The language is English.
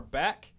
back